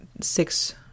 six